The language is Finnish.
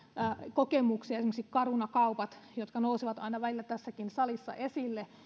kokemuksia esimerkiksi caruna kaupat jotka nousevat aina välillä tässäkin salissa esille joiden